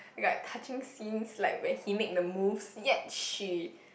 like touching scenes like where he make the moves yet she